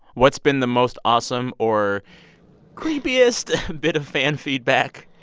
what's been the most awesome or creepiest bit of fan feedback?